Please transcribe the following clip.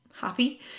Happy